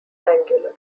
angular